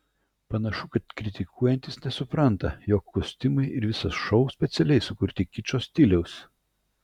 panašu kad kritikuojantys nesupranta jog kostiumai ir visas šou specialiai sukurti kičo stiliaus